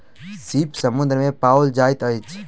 सीप समुद्र में पाओल जाइत अछि